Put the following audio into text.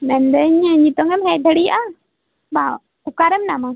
ᱢᱮᱱᱮᱫᱟᱹᱧ ᱱᱤᱛᱚᱜᱮᱢ ᱦᱮᱡ ᱫᱟᱲᱮᱭᱟᱜᱼᱟ ᱵᱟ ᱚᱠᱟ ᱨᱮ ᱢᱮᱱᱟᱢᱟ